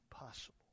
Impossible